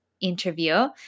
interview